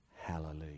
Hallelujah